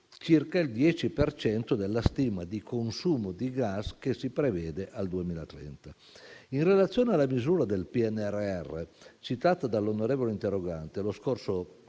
circa il 10 per cento della stima di consumo di gas che si prevede al 2030. In relazione alla misura del PNRR citata dall'onorevole interrogante, lo scorso